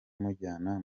mujyana